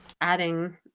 adding